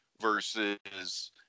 versus